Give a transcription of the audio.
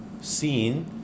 seen